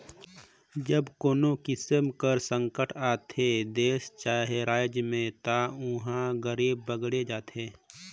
जब कोनो किसिम कर संकट आथे देस चहे राएज में ता उहां गरीबी बाड़गे जाथे